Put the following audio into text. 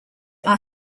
are